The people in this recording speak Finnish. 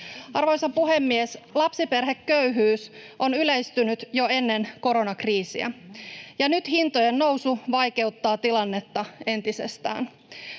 Arvoisa puhemies! Lapsiperheköyhyys on yleistynyt jo ennen koronakriisiä, ja nyt hintojen nousu vaikeuttaa tilannetta entisestään.